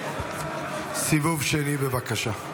סיבוב שני, בבקשה.